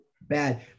bad